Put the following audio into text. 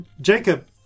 Jacob